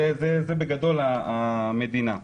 זה בגדול מה שעושה המדינה.